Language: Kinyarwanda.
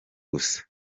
gusa